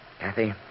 Kathy